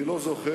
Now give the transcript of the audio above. אני לא זוכר